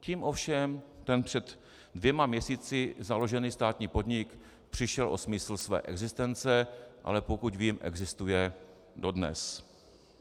Tím ovšem ten před dvěma měsíci založený státní podnik přišel o smysl své existence, ale pokud vím, existuje dodnes.